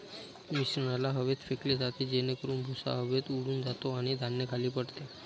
मिश्रणाला हवेत फेकले जाते जेणेकरून भुसा हवेत उडून जातो आणि धान्य खाली पडते